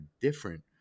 different